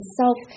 self